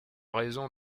raison